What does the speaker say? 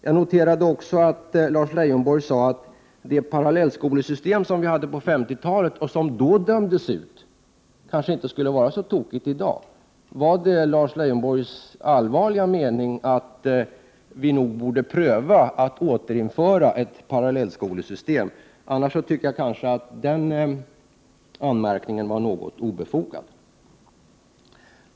Jag noterade också att Lars Leijonborg sade att det parallellskolesystem som vi hade på 50-talet och som då dömdes ut kanske inte skulle vara så tokigt i dag. Är det Lars Leijonborgs allvarliga mening att vi borde pröva att återinföra ett parallellskolesystem? I annat fall var den markeringen något obefogad.